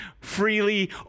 freely